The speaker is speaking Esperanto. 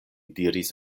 diris